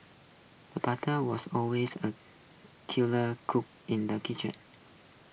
the butcher was always A skilled cook in the kitchen